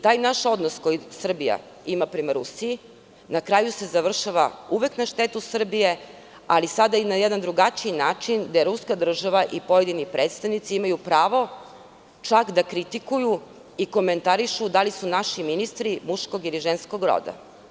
Taj naš odnos koji Srbija ima prema Rusiji na kraju se završava uvek na štetu Srbije, ali sada i na jedan drugačiji način, gde ruska država i pojedini predstavnici imaju pravo čak da kritikuju i komentarišu da li su naši ministri muškog ili ženskog roda.